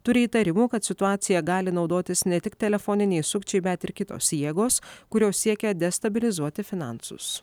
turi įtarimų kad situacija gali naudotis ne tik telefoniniai sukčiai bet ir kitos jėgos kurios siekia destabilizuoti finansus